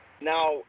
Now